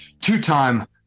two-time